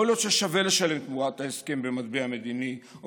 יכול להיות ששווה לשלם תמורת ההסכם במטבע מדיני או